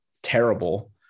terrible